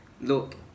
Look